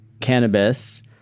cannabis